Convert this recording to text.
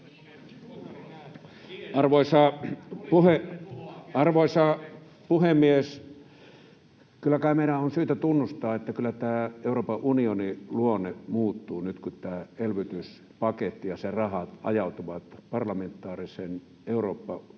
Arvoisa puhemies! Kyllä kai meidän on syytä tunnustaa, että kyllä Euroopan unionin luonne muuttuu nyt, kun tämä elvytyspaketti ja sen rahat, siis Euroopan unionin